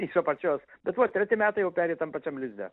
iš apačios bet va treti metai jau peri tam pačiam lizde